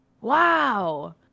Wow